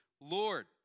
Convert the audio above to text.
Lord